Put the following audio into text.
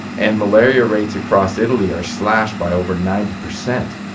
and malaria rates across italy are slashed by over ninety percent.